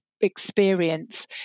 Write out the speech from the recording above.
experience